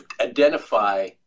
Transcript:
identify